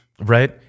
Right